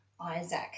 Isaac